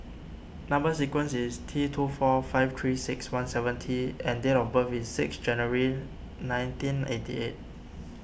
Number Sequence is T two four five three six one seven T and date of birth is six January nineteen eighty eight